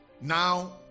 now